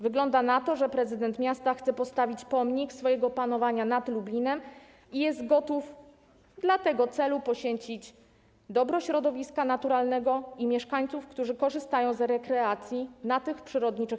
Wygląda na to, że prezydent miasta chce postawić pomnik swojego panowania nad Lublinem i jest gotów dla tego celu poświęcić dobro środowiska naturalnego i mieszkańców, którzy korzystają z rekreacji na terenach przyrodniczych.